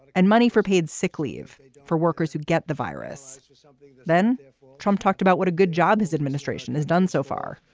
and money for paid sick leave for workers who get the virus something. then trump talked about what a good job his administration has done so far